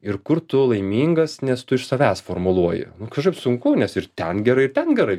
ir kur tu laimingas nes tu iš savęs formuluoji kažkaip sunku nes ir ten gerai ir ten gerai